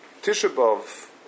Tishabov